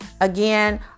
Again